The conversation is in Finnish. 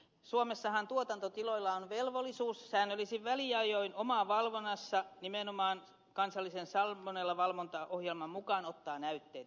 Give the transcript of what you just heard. suomessahan tuotantotiloilla on velvollisuus säännöllisin väliajoin omavalvonnassa nimenomaan kansallisen salmonellavalvontaohjelman mukaan ottaa näytteitä